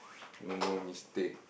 no more mistake